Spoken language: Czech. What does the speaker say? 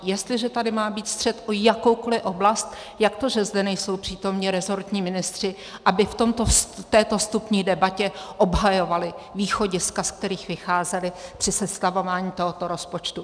Jestliže tady má být střet o jakoukoli oblast, jak to, že zde nejsou přítomni resortní ministři, aby v této vstupní debatě obhajovali východiska, z kterých vycházeli při sestavování tohoto rozpočtu?